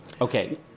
Okay